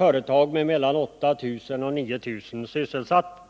Företaget har 8 000-9 000 sysselsatta.